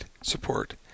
support